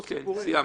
מספרים פה סיפורים.